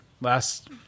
last